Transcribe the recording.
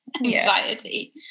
anxiety